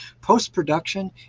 Post-production